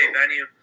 venue